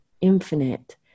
infinite